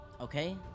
Okay